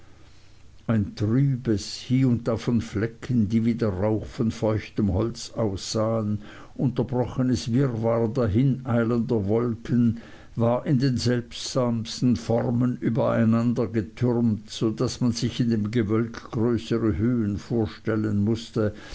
ein trübes hie und da von flecken die wie der rauch von feuchtem holz aussahen unterbrochenes wirrwarr dahineilender wolken war in den seltsamsten formen übereinandergetürmt so daß man sich in dem gewölk größere höhen vorstellen mußte